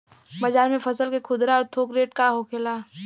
बाजार में फसल के खुदरा और थोक रेट का होखेला?